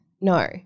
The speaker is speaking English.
No